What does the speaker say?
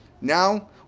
Now